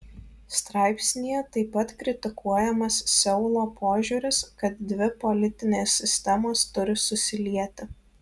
straipsnyje taip pat kritikuojamas seulo požiūris kad dvi politinės sistemos turi susilieti